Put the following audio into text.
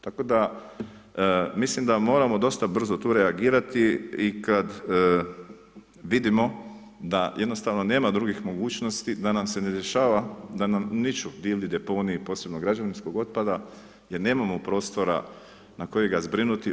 Tako da mislim da moramo dosta brzo tu reagirati i kada vidimo da jednostavno nema drugih mogućnosti da nam se ne dešava da nam niču divlji deponiji posebno građevinskog otpada jer nemamo prostora na koji ga zbrinuti.